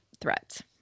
threats